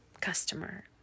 customer